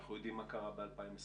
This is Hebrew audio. כשאנחנו יודעים מה קרה ב-2020